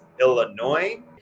Illinois